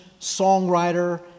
songwriter